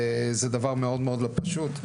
וזה דבר מאוד לא פשוט.